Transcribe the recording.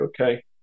okay